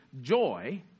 joy